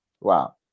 Wow